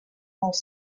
els